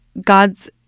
God's